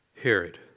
Herod